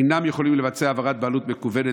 אינם יכולים לבצע העברת בעלות מקוונת